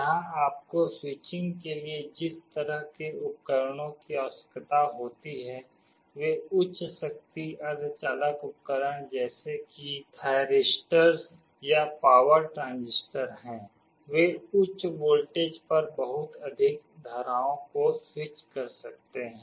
यहां आपको स्विचिंग के लिए जिस तरह के उपकरणों की आवश्यकता होती है वे उच्च शक्ति अर्धचालक उपकरण जैसे कि थायरिस्टर्स या पावर ट्रांजिस्टर हैं वे उच्च वोल्टेज पर बहुत अधिक धाराओं को स्विच कर सकते हैं